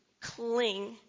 cling